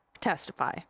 testify